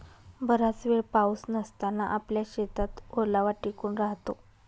बराच वेळ पाऊस नसताना आपल्या शेतात ओलावा टिकून राहतो